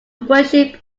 worship